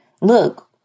look